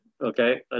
Okay